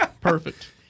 Perfect